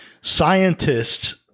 scientists